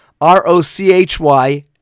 R-O-C-H-Y